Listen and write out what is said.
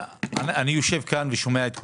אני יושב כאן ושומע את כולם,